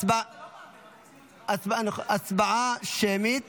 הצבעה שמית